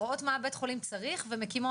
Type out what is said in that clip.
רואות מה הבית חולים צריך ומקימות,